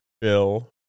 Bill